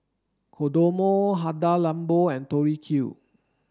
Kodomo Hada Labo and Tori Q